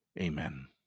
Amen